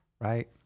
right